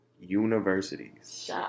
universities